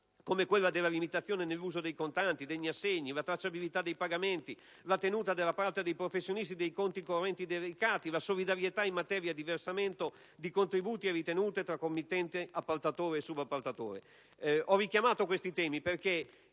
come quella della limitazione nell'uso dei contanti e degli assegni, la tracciabilità dei pagamenti, la tenuta da parte dei professionisti di conti correnti dedicati, la solidarietà in materia di versamento di contributi e ritenute tra committente, appaltatore e subappaltatore. Ho richiamato questi temi perché,